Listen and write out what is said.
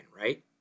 right